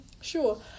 sure